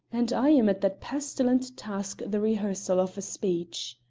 and i am at that pestilent task the rehearsal of a speech.